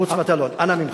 מוץ מטלון, אנא ממך.